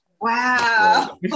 Wow